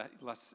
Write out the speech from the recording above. less